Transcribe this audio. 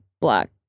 black